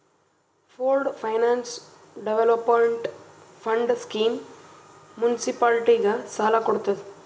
pooled finance development fund scheme ಮುನ್ಸಿಪಾಲಿಟಿಗ ಸಾಲ ಕೊಡ್ತುದ್